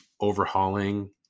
overhauling